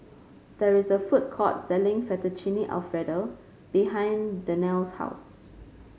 there is a food court selling Fettuccine Alfredo behind Danelle's house